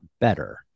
better